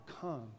come